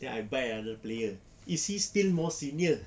then I buy another player is he still more senior